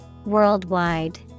worldwide